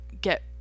get